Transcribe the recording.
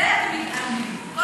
מזה אתם מתעלמים.